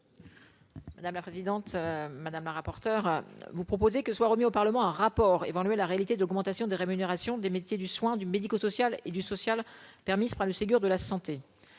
Madame la présidente, madame la rapporteure, vous proposez que soit remis au Parlement arabe. Pour évaluer la réalité d'augmentation des rémunérations des métiers du soin du médico-social et du social, permise par le Ségur de la santé